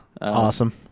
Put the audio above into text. Awesome